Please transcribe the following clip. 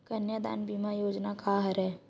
कन्यादान बीमा योजना का हरय?